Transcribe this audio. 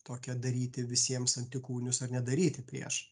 tokia daryti visiems antikūnus ar nedaryti prieš